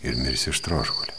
ir mirsiu iš troškulio